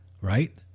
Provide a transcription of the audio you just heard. right